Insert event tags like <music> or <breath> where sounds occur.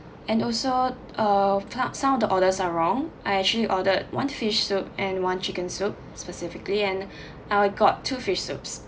and also uh part some of the orders are wrong I actually ordered one fish soup and one chicken soup specifically and <breath> I got two fish soups